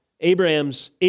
Abram's